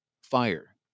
fire